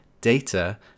data